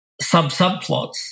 sub-subplots